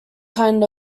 kind